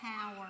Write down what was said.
power